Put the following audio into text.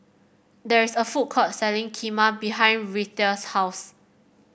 there is a food court selling Kheema behind Reatha's house